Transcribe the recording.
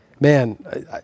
man